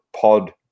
pod